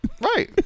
Right